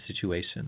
situation